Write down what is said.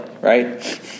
right